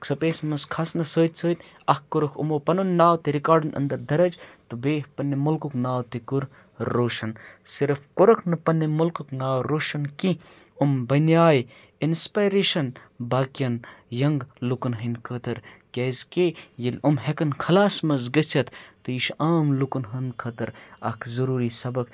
space منٛز کھسنہٕ سۭتۍ سۭتۍ اکھ کوٚرُکھ یِمو پَنُن ناو تہِ رِکاڈن اندر درج تہٕ بیٚیہِ پننہِ مُلکُک ناو تہِ کوٚر روشن صرف کوٚرُکھ نہٕ پننہِ مُلکُک ناو روشن کینٛہہ ایِم بنیے انسپریشن باقین ینٛگ لُکن ہٕنٛدۍ خٲطر کیازکہِ ییٚلہِ یِم ہٮ۪کن خلاس منٛز گٔژھِتھ تہٕ یہِ چھُ عام لُکن ہُنٛد خٲطر اکھ ضروٗری سبق